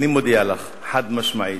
אני מודיע לָך חד-משמעית: